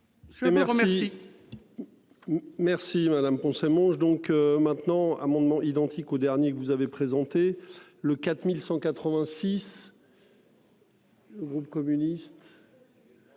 merci madame mange donc maintenant amendements identiques au dernier que vous avez présenté le 4186. Le groupe communiste.